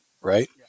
right